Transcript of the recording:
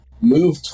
move